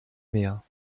mehr